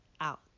out